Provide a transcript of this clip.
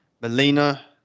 Melina